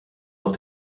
noch